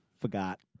forgot